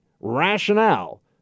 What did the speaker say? rationale